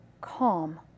calm